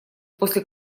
после